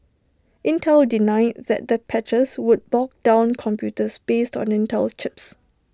Intel denied that the patches would bog down computers based on Intel chips